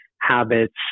habits